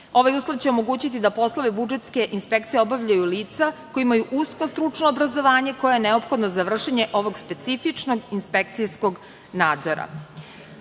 Ovaj uslov će omogućiti da poslove budžetske inspekcije obavljaju lica koja imaju usko stručno obrazovanje koje je neophodno za vršenje ovog specifičnog inspekcijskog nadzora. Važan